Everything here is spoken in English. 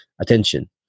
attention